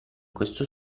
questo